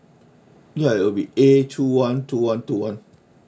ya it'll be A two one two one two one